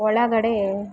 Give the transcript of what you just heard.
ಒಳಗಡೆ